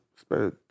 spend